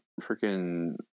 freaking